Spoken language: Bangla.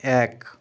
এক